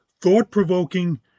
thought-provoking